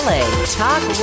Talk